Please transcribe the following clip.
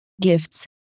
gifts